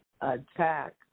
attack